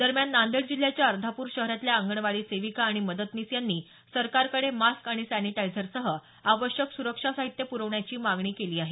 दरम्यान नांदेड जिल्ह्याच्या अर्धापूर शहरातल्या अंगणवाडी सेविका आणि मदतनीस यांनी सरकारकडे मास्क आणि सॅनिटायझरसह आवश्यक सुरक्षा साहित्य प्रवण्याची मागणी केली आहे